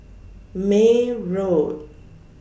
May Road